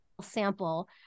sample